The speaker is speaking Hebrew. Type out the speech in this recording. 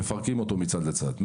מפרקים אותו מצד לצד,